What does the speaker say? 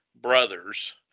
brothers